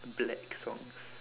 black songs